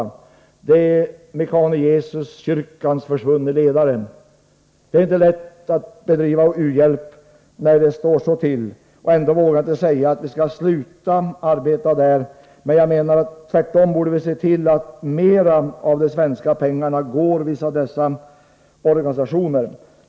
Det är Mekane Yesuskyrkans försvunne ledare. Det är inte lätt att bedriva u-hjälp när förhållandena är sådana. Ändå vill jaginte säga att vi skall sluta att arbeta i dessa länder. Tvärtom borde vi se till att mera av det svenska biståndet överförs via de här organisationerna.